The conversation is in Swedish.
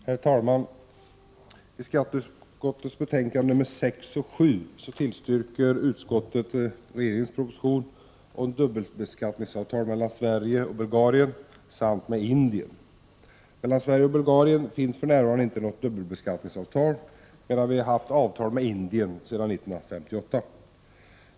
Herr talman! I skatteutskottets betänkanden nr 6 och 7 tillstyrker utskottet regeringens proposition om dubbelbeskattningsavtal mellan Sverige och Bulgarien samt mellan Sverige och Indien. Mellan Sverige och Bulgarien finns det för närvarande inte något dubbelbeskattningsavtal. Vi har däremot haft avtal med Indien sedan 1958.